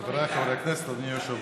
חבריי חברי הכנסת, אדוני היושב